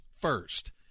first